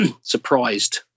surprised